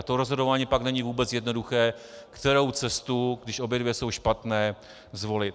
To rozhodování pak není vůbec jednoduché, kterou cestu, když obě dvě jsou špatné, zvolit.